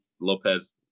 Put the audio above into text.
Lopez